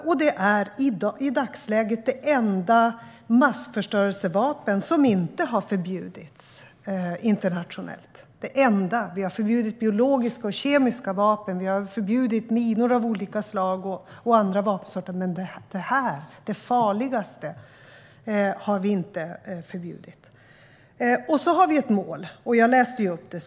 I dagsläget är detta det enda massförstörelsevapen som inte har förbjudits internationellt. Vi har förbjudit biologiska och kemiska vapen, liksom minor av olika slag och andra vapensorter. Men det farligaste har vi inte förbjudit. Vi har ett mål, vilket jag tidigare läste upp.